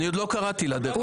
היא תדע תכף.